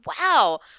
Wow